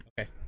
Okay